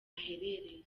aherereye